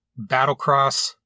Battlecross